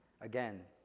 Again